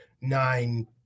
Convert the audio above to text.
nine